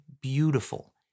beautiful